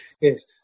yes